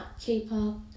K-pop